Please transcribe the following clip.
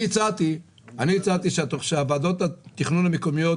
אני הצעתי שוועדות התכנון המקומיות